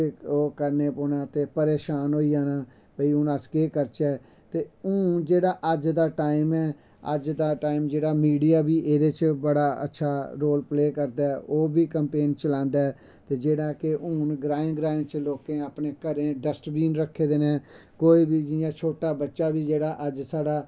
ते ओह् करने पौना ते परेशान होना भाई हून अस केह् करचै ते हून जेह्ड़ा अज दा टाईम ऐ अज दा टाईम जेह्डा मिडिया बी एह्दे च बड़ा अच्छा रोल पले करदा ऐ ओह् बी कंपेन चलांदा ऐ ते जेह्ड़ा के हून ग्राएं ग्राएं च लोकें अपने घरे च डस्टबीन रक्खे दे न कोई बी जियां छोटा बच्चा बी अज्ज साढ़ा